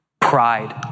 pride